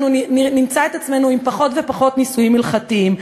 אנחנו נמצא את עצמנו עם פחות ופחות נישואים הלכתיים.